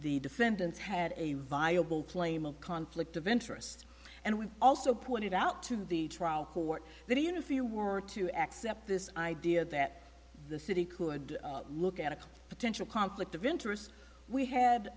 the defendants had a viable claim of conflict of interest and we also pointed out to the trial court that even if you were to accept this idea that the city could look at a potential conflict of interest we had